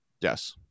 Yes